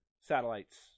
satellites